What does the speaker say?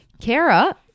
kara